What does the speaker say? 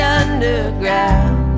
underground